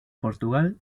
portugal